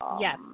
yes